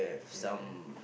yeah